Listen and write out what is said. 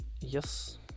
Yes